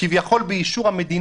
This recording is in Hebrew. כביכול באישור המדינה,